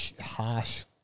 harsh